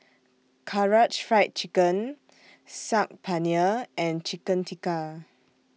Karaage Fried Chicken Saag Paneer and Chicken Tikka